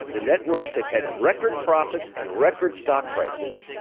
the networks have had record profits and record stock prices.